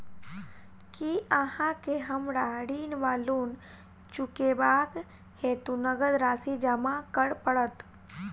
की अहाँ केँ हमरा ऋण वा लोन चुकेबाक हेतु नगद राशि जमा करऽ पड़त?